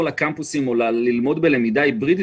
לקמפוסים או ללמוד בלמידה היברידית,